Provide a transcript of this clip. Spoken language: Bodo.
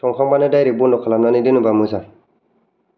संखांबानो दाइरेक्ट बन्द' खालामनानै दोनोबा मोजां